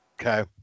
Okay